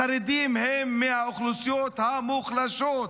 החרדים הם מהאוכלוסיות המוחלשות,